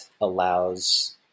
allows